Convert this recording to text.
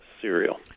cereal